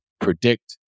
predict